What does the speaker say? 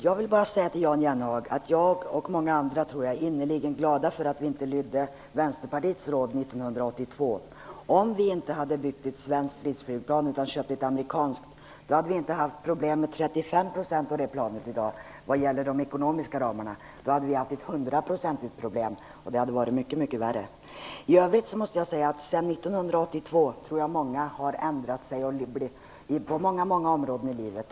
Herr talman! Jag vill till Jan Jennehag säga att jag och många andra, tror jag, är innerligt glada för att vi inte lydde Vänsterpartiets råd 1982. Om vi inte hade byggt ett svenskt stridsflygplan utan ett amerikanskt stridsflygplan, hade vi inte haft problem med 35 % av det planet i dag vad gäller de ekonomiska ramarna, utan då hade vi haft ett hundraprocentigt problem. Det hade varit mycket värre. Jag tror att många har ändrat sig sedan 1982 på många områden i livet.